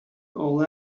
all